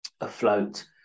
afloat